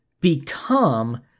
become